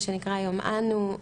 מה שנקרא היום "אנו"